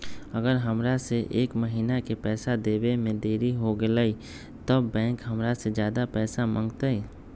अगर हमरा से एक महीना के पैसा देवे में देरी होगलइ तब बैंक हमरा से ज्यादा पैसा मंगतइ?